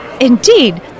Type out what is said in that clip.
Indeed